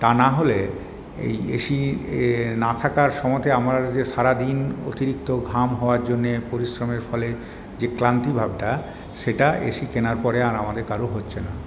তা না হলে এই এসি না থাকার সময়তে আমার যে সারাদিন অতিরিক্ত ঘাম হওয়ার জন্যে পরিশ্রমের ফলে যে ক্লান্তি ভাবটা সেটা এসি কেনার পরে আর আমাদের কারুর হচ্ছে না